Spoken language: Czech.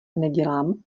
nedělám